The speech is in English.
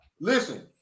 listen